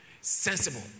sensible